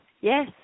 yes